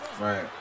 Right